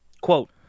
quote